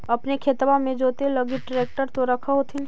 अपने खेतबा मे जोते लगी ट्रेक्टर तो रख होथिन?